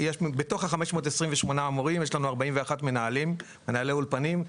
בתוך 528 המורים יש לנו 41 מנהלים, מנהלי אולפנים.